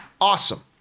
awesome